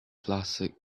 classic